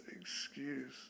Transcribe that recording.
excuse